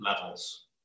levels